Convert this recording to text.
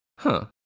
huh.